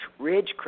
Ridgecrest